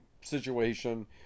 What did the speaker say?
situation